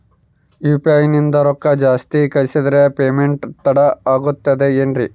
UPI ನಿಂದ ರೊಕ್ಕ ಜಾಸ್ತಿ ಕಳಿಸಿದರೆ ಪೇಮೆಂಟ್ ತಡ ಆಗುತ್ತದೆ ಎನ್ರಿ?